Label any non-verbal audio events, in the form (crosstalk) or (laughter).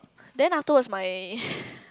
then afterwards my (breath)